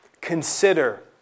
consider